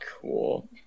cool